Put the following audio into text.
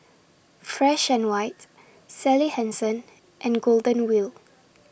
Fresh and White Sally Hansen and Golden Wheel